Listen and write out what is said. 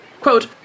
Quote